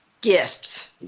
gifts